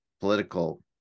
political